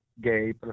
gay